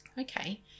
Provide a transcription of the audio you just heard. Okay